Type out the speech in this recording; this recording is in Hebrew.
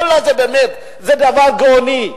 ואללה, זה באמת דבר גאוני.